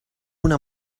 una